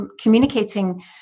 communicating